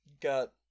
got